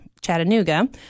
Chattanooga